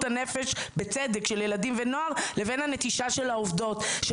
הנפש בצדק של ילדים ונוער לבין הנטישה של העובדות,